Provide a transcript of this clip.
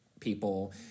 people